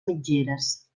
mitgeres